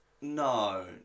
No